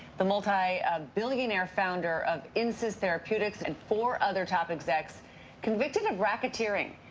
the multi-billionaire founder of insys therapeutics and four other top execs convicted of racketeering.